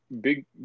big